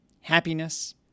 happiness